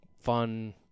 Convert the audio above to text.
fun